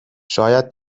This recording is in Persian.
شاید